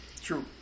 true